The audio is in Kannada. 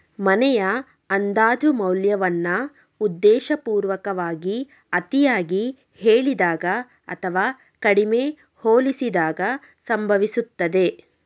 ಮನೆಯ ಅಂದಾಜು ಮೌಲ್ಯವನ್ನ ಉದ್ದೇಶಪೂರ್ವಕವಾಗಿ ಅತಿಯಾಗಿ ಹೇಳಿದಾಗ ಅಥವಾ ಕಡಿಮೆ ಹೋಲಿಸಿದಾಗ ಸಂಭವಿಸುತ್ತದೆ